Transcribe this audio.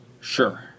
Sure